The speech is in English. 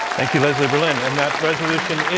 thank you, leslie berlin. and that resolution